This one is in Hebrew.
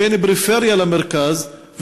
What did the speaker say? בין פריפריה למרכז,